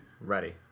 Ready